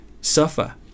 suffer